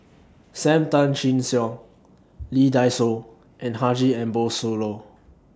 SAM Tan Chin Siong Lee Dai Soh and Haji Ambo Sooloh